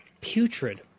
putrid